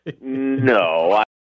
No